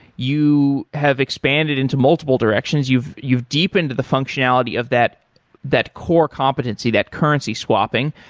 you have expanded into multiple directions. you've you've deepened the functionality of that that core competency, that currency swapping.